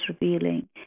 revealing